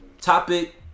Topic